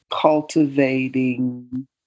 cultivating